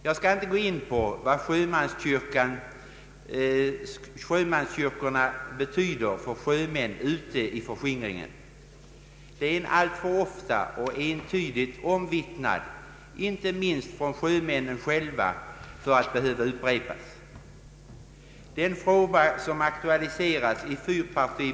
Jag skall inte gå in på vad sjömanskyrkorna betyder för sjömännen ute i förskingringen. Det är alltför ofta och entydigt omvittnat, inte minst av sjömännen själva, för att behöva upprepas. kel.